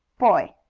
boy,